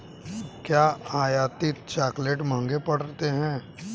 क्या आयातित चॉकलेट महंगे पड़ते हैं?